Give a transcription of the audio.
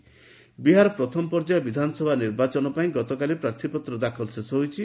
Bihar election ବିହାରର ପ୍ରଥମ ପର୍ଯ୍ୟାୟ ବିଧାନସଭା ନିର୍ବାଚନ ପାଇଁ ଗତକାଲି ପ୍ରାର୍ଥୀପତ୍ର ଦାଖଲ ଶେଷ ହୋଇଛି